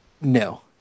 No